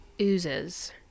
oozes